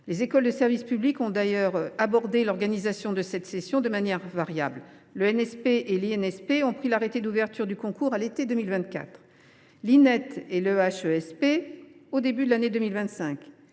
Les écoles de service public ont d’ailleurs abordé l’organisation de cette session de manière variable : l’ENSP et l’INSP ont pris un arrêté d’ouverture de concours à l’été 2024, l’Inet et l’EHESP au début de l’année 2025.